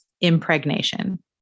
impregnation